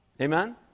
Amen